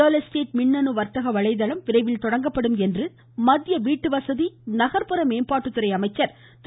real estate மின்னணு வர்த்தக வலைதளம் விரைவில் தொடங்கப்படும் என்று மத்திய வீட்டு வசதி நகர்ப்புற மேம்பாட்டுத்துறை திரு